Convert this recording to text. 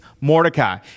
Mordecai